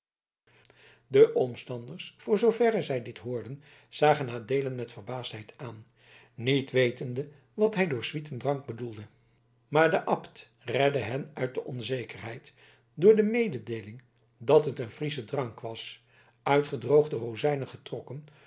de omstanders voor zooverre zij dit hoorden zagen adeelen met verbaasdheid aan niet wetende wat hij door swietendrank bedoelde maar de abt redde hen uit de onzekerheid door de mededeeling dat het een friesche drank was uit gedroogde rozijnen getrokken